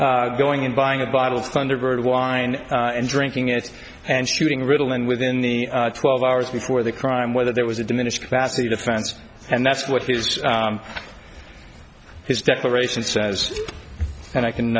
brandy going and buying a bottle of thunderbird wine and drinking and and shooting ritalin within the twelve hours before the crime whether there was a diminished capacity defense and that's what his his declaration says and i can